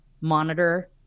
monitor